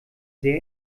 sehr